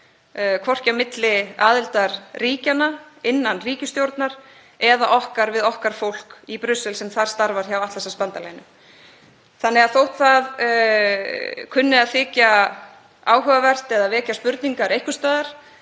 hvorki á milli aðildarríkjanna, innan ríkisstjórnar eða okkar við okkar fólk í Brussel sem þar starfar hjá Atlantshafsbandalaginu. Þannig að þótt það kunni að þykja áhugavert eða vekja spurningar einhvers staðar